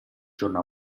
giorno